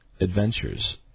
adventures